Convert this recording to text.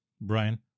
Brian